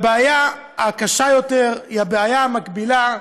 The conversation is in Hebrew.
הבעיה הקשה יותר היא הבעיה המקבילה,